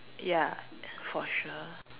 ya for sure